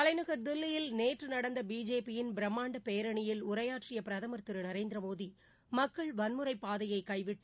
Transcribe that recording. தலைநகர் தில்லியில் நேற்று நடந்த பிஜேபியின் பிரம்மாண்ட பேரணியில் உரையாற்றிய பிரதமர் திரு நரேந்திர மோடி மக்கள் வன்முறைப் பாதையை கைவிட்டு